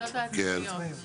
הוועדות העצמאיות.